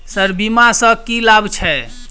Sir बीमा सँ की लाभ छैय?